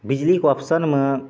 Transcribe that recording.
बिजलीके ऑप्शनमे